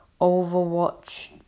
Overwatch